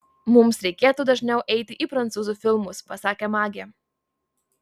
mums reikėtų dažniau eiti į prancūzų filmus pasakė magė